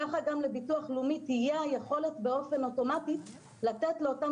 ככה גם לביטוח לאומי תהיה היכולת באופן אוטומטי לתת לאותם